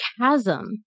chasm